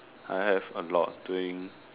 I have a lot during